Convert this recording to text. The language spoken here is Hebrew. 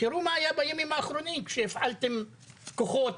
תראו מה היה בימים האחרונים כשהפעלתם כוחות,